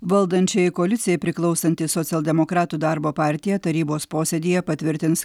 valdančiajai koalicijai priklausanti socialdemokratų darbo partija tarybos posėdyje patvirtins